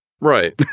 Right